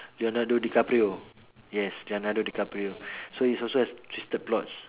leonardo-dicaprio yes leonardo-dicaprio so it's also has twisted plots